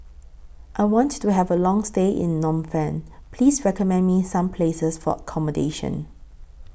I want to Have A Long stay in Phnom Penh Please recommend Me Some Places For accommodation